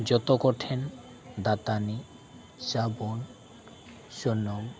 ᱡᱚᱛᱚ ᱠᱚᱴᱷᱮᱱ ᱫᱟᱹᱛᱟᱹᱱᱤ ᱥᱟᱵᱚᱱ ᱥᱩᱱᱩᱢ